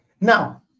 Now